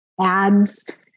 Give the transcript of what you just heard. ads